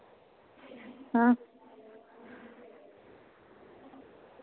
आं